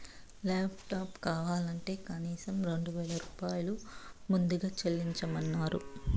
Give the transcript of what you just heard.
laptop కావాలంటే కనీసం రెండు వేల రూపాయలు ముందుగా చెల్లించమన్నరు